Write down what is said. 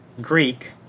Greek